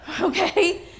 Okay